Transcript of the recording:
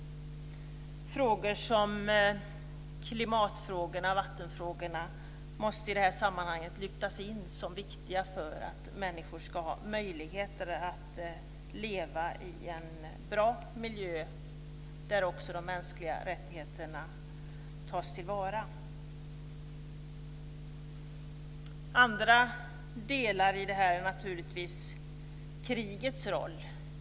Klimatfrågorna och vattenfrågorna måste i detta sammanhang lyftas in som viktiga för att människor ska ha möjligheter att leva i en bra miljö där också de mänskliga rättigheterna tas till vara. En annan del i detta är naturligtvis krigets roll.